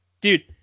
dude